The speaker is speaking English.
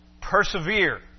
persevere